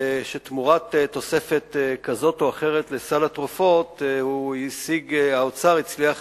שתמורת תוספת כזאת או אחרת לסל התרופות האוצר הצליח